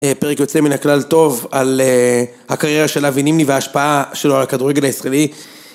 פרק יוצא מן הכלל טוב על הקריירה של אבי נימני וההשפעה שלו על הכדורגל הישראלי